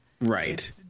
Right